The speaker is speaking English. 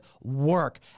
work